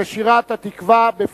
כששירת "התקווה" בפיו.